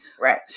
Right